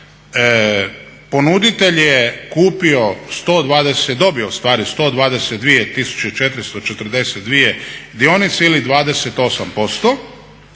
ponuditelj je kupio, dobio ustvari 122 442 dionice ili 28%